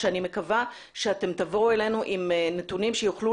כשאני מקווה שאתם תבואו אלינו עם נתונים שיוכלו